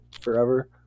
forever